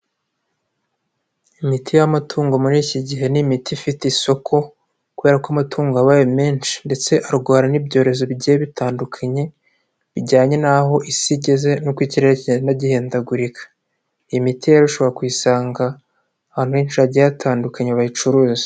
Imiti y'amatungo muri iki gihe ni imiti ifite isoko kubera ko amatungo yabaye menshi ndetse arwara n'ibyorezo bigiye bitandukanye, bijyanye n'aho isi igeze n'uko ikirere kigenda gihindagurika. Imiti ushobora kuyisanga ahantu henshi hagiye hatandukanye bayicuruza.